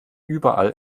überall